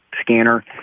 scanner